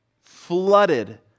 flooded